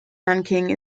nanking